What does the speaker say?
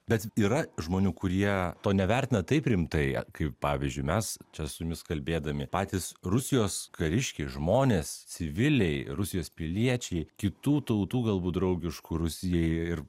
bet yra žmonių kurie to nevertina taip rimtai kaip pavyzdžiui mes čia su jumis kalbėdami patys rusijos kariškiai žmonės civiliai rusijos piliečiai kitų tautų galbūt draugiškų rusijai ir